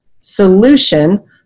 solution